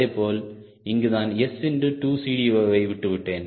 அதேபோல் இங்கு நான் S2CD0 யை விட்டுவிட்டேன்